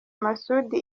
masudi